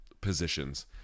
positions